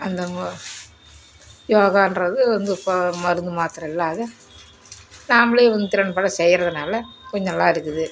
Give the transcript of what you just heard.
அந்த மூ யோகான்றது வந்து இப்போது மருந்து மாத்தரை இல்லாத நாமளே வந்து திறன்பட செய்யிறதுனால் கொஞ்சம் நல்லாயிருக்குது